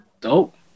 dope